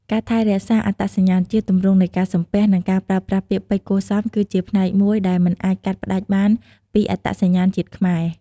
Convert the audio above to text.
ការថែរក្សាអត្តសញ្ញាណជាតិ ទម្រង់នៃការសំពះ និងការប្រើប្រាស់ពាក្យពេចន៍គួរសមគឺជាផ្នែកមួយដែលមិនអាចកាត់ផ្ដាច់បានពីអត្តសញ្ញាណជាតិខ្មែរ ។